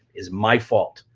is my fault,